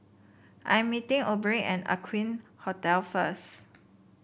I'm meeting Obie at Aqueen Hotel first